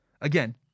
again